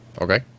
Okay